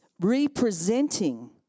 representing